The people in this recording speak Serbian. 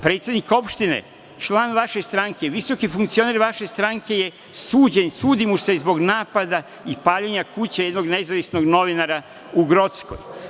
Predsedniku opštine, članu vaše stranke, visokom funkcioneru vaše stranke sudi se zbog napada i paljenja kuće jednog nezavisnog novinara u Grocskoj.